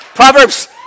proverbs